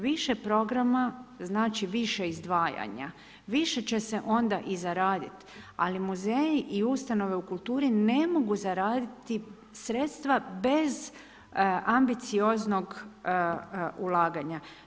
Više programa znači više izdvajanja, više će se onda i zaradit, ali muzeji i ustanove u kulturi ne mogu zaraditi sredstva bez ambicioznog ulaganja.